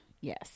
Yes